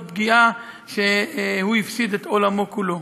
פגיעה שבגללה הוא הפסיד את עולמו כולו.